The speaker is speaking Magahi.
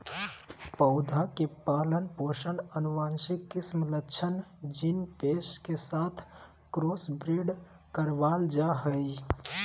पौधा के पालन पोषण आनुवंशिक किस्म लक्षण जीन पेश के साथ क्रॉसब्रेड करबाल जा हइ